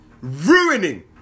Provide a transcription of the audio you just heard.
ruining